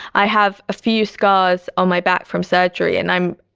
i have a few scars on my back from surgery and i'm,